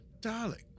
Darling